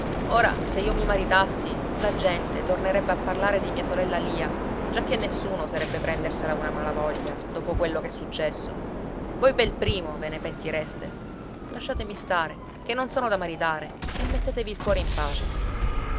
ora se io mi maritassi la gente tornerebbe a parlare di mia sorella lia giacché nessuno oserebbe prendersela una malavoglia dopo quello che è successo voi pel primo ve ne pentireste lasciatemi stare che non sono da maritare e mettetevi il cuore in pace